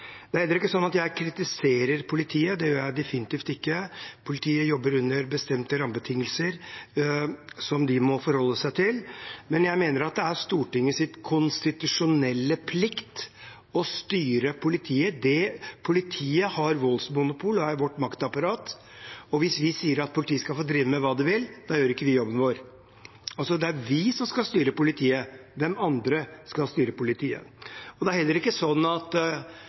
Det er heller ikke sånn at jeg kritiserer politiet, det gjør jeg definitivt ikke, politiet jobber under bestemte rammebetingelser som de må forholde seg til. Men jeg mener at det er Stortingets konstitusjonelle plikt å styre politiet. Politiet har voldsmonopol og er vårt maktapparat, og hvis vi sier at politiet skal få drive med hva de vil, gjør vi ikke jobben vår. Det er vi som skal styre politiet. Hvem andre skal styre politiet? Det er heller ikke sånn at